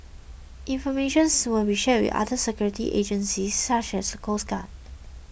information will be shared with other security agencies such as the coast guard